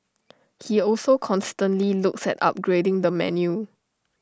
he also constantly looks at upgrading the menu